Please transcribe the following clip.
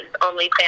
onlyfans